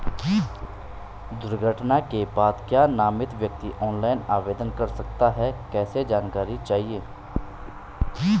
दुर्घटना के बाद क्या नामित व्यक्ति ऑनलाइन आवेदन कर सकता है कैसे जानकारी चाहिए?